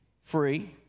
Free